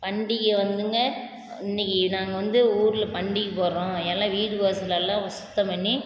பண்டிகை வந்துங்க இன்றைக்கி நாங்கள் வந்து ஊரில் பண்டிக்கைக்கு போகிறோம் எல்லாம் வீடு வாசல் எல்லாம் சுத்தம் பண்ணி